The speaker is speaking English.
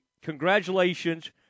congratulations